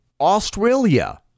Australia